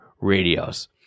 radios